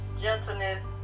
gentleness